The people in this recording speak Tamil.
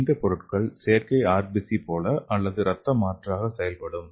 இந்த பொருட்கள் செயற்கை ஆர்பிசி போல அல்லது இரத்த மாற்றாக செயல்படும்